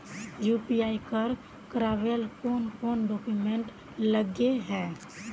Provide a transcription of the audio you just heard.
UPI कर करावेल कौन कौन डॉक्यूमेंट लगे है?